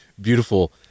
beautiful